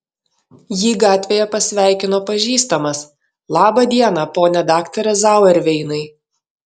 jį gatvėje pasveikino pažįstamas labą dieną pone daktare zauerveinai